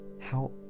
how-